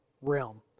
realm